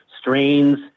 strains